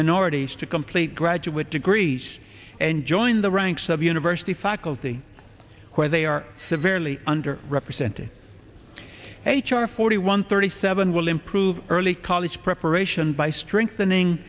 minorities to complete graduate degrees and join the ranks of university faculty where they are the very early under represented h r forty one thirty seven will improve early college preparation by strengthening